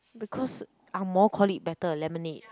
because Ang-Moh call it better lemonade